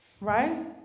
Right